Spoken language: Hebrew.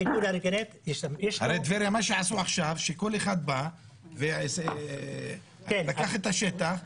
הרי בטבריה עשו עכשיו שכל אחד בא ולקח את השטח,